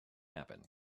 happen